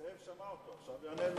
זאב שמע אותו, ועכשיו הוא יענה לו.